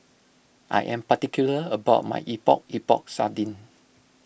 I am particular about my Epok Epok Sardin